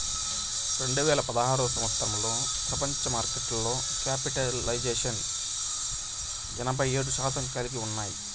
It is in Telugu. రెండు వేల పదహారు సంవచ్చరంలో ప్రపంచ మార్కెట్లో క్యాపిటలైజేషన్ ఎనభై ఏడు శాతం కలిగి ఉన్నాయి